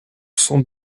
sans